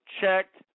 checked